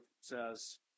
says